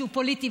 שהוא פוליטי?